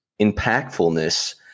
impactfulness